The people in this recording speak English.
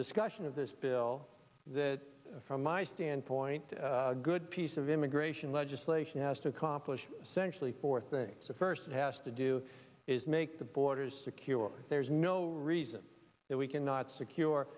discussion of this bill that from my standpoint the good piece of immigration legislation has to accomplish centrally for things first has to do is make the borders secure there's no reason that we cannot secure